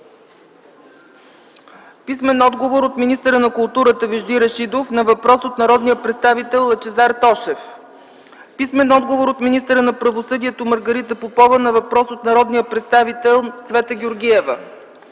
Тошев; - министъра на културата Вежди Рашидов на въпрос от народния представител Лъчезар Тошев; - министъра на правосъдието Маргарита Попова на въпрос от народния представител Цвета Георгиева;